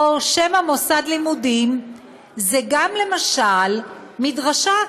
או שמא מוסד לימודים זה גם למשל מדרשה,